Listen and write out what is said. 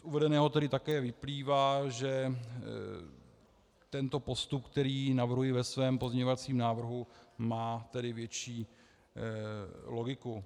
Z uvedeného tedy také vyplývá, že tento postup, který navrhuji ve svém pozměňovacím návrhu, má tedy větší logiku.